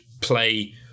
play